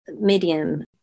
medium